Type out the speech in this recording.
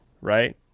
right